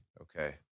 Okay